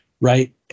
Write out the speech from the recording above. right